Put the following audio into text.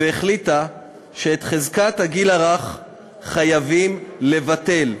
והחליטה שאת חזקת הגיל הרך חייבים לבטל.